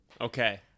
Okay